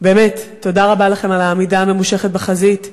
באמת, תודה רבה לכם על עמידה הממושכת בחזית.